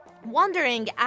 Wondering